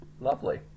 lovely